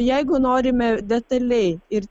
jeigu norime detaliai ir